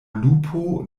lupo